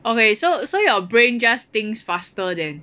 okay so so your brain just thinks faster than